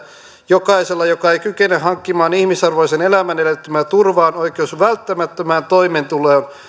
jokaisella joka ei kykene hankkimaan ihmisarvoisen elämän edellyttämää turvaa on oikeus välttämättömään toimeentuloon